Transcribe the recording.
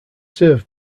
served